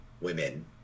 women